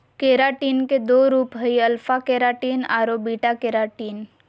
keratin के दो रूप हइ, अल्फा केराटिन आरो बीटा केराटिन